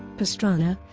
pastrana